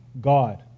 God